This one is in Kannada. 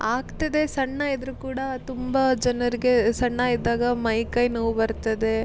ಆಗ್ತದೆ ಸಣ್ಣ ಇದ್ದರೂ ಕೂಡ ತುಂಬ ಜನರಿಗೆ ಸಣ್ಣ ಇದ್ದಾಗ ಮೈ ಕೈ ನೋವು ಬರ್ತದೆ